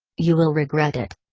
you will regret it.